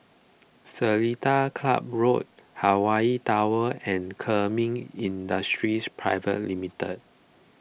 Seletar Club Road Hawaii Tower and Kemin Industries Private Limited